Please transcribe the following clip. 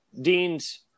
Dean's